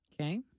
Okay